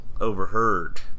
overheard